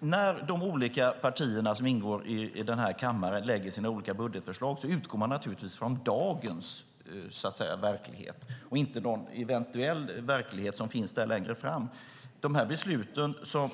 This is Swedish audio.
När de olika partier som ingår i denna kammare lägger fram sina olika budgetförslag utgår man naturligtvis från dagens verklighet, och inte någon eventuell verklighet som finns längre fram. De beslut